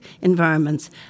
environments